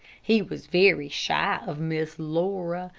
he was very shy of miss laura,